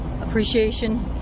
appreciation